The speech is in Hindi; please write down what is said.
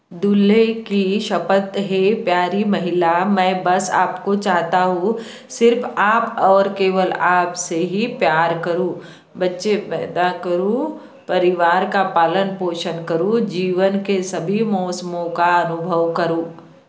दूल्हे की शपथ हे प्यारी महिला मैं बस आपको चाहता हूँ सिर्फ़ आप और केवल आप से ही प्यार करूँ बच्चे पैदा करूँ परिवार का पालन पोषण करूँ जीवन के सभी मौसमों का अनुभव करूँ